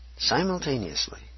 Simultaneously